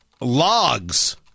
logs